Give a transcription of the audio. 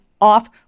off